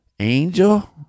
Angel